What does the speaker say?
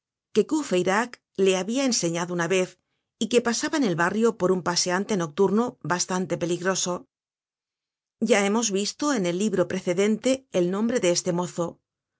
que courfeyrac le habia enseñado una vez y que pasaba en el barrio por un paseante nocturno bastante peligroso ya hemos visto en el libro precedente el nombre de este